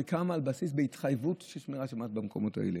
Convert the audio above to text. שקמה על בסיס של התחייבות של שמירת שבת במקומות האלה,